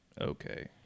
okay